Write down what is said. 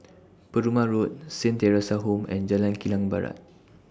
Perumal Road Saint Theresa's Home and Jalan Kilang Barat